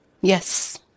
Yes